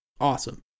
awesome